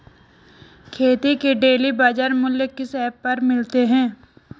खेती के डेली बाज़ार मूल्य किस ऐप पर मिलते हैं?